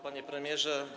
Panie Premierze!